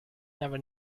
never